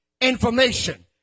information